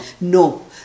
No